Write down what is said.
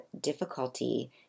difficulty